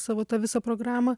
savo tą visą programą